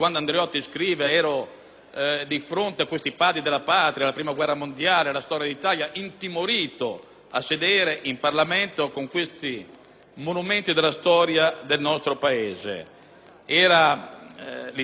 di fronte a questi padri della Patria, protagonisti della prima guerra mondiale, della storia d'Italia, intimorito a sedere in Parlamento con questi monumenti della storia del nostro Paese. Era l'Italia che usciva dalla guerra;